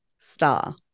Star